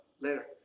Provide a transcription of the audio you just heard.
Later